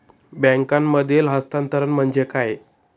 बँकांमधील हस्तांतरण म्हणजे काय?